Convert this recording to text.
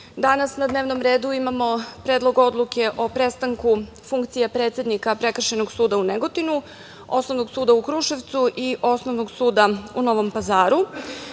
danas na dnevnom redu imamo Predlog odluke o prestanku funkcije predsednika Prekršajnog suda u Negotinu, Osnovnog suda u Kruševcu i Osnovnog suda u Novom Pazaru.